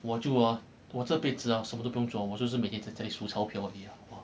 我就啊我这辈子什么都不用做我就是每天在家里数钞票啊 !wah!